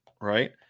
right